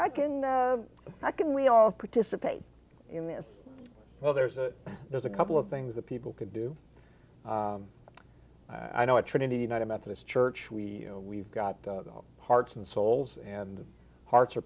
i can i can we all participate in this well there's a there's a couple of things that people can do i know at trinity united methodist church we we've got the hearts and souls and hearts are